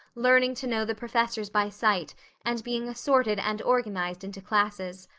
learning to know the professors by sight and being assorted and organized into classes.